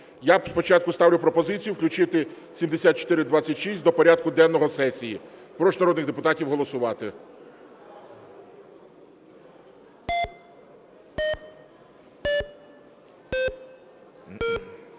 Я спочатку ставлю пропозицію включити 7426 до порядку денного сесії. Прошу народних депутатів голосувати.